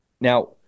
Now